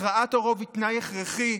הכרעת הרוב היא תנאי הכרחי,